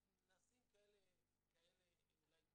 אז נעשים כאלה צעדים,